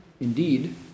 indeed